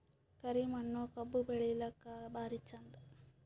ಕರಿ ಮಣ್ಣು ಕಬ್ಬು ಬೆಳಿಲ್ಲಾಕ ಭಾರಿ ಚಂದ?